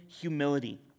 humility